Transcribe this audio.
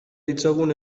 ditzagun